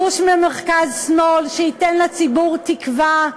גוש מרכז-שמאל שייתן לציבור תקווה.